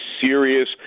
serious